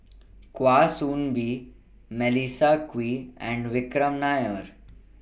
Kwa Soon Bee Melissa Kwee and Vikram Nair